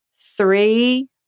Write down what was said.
three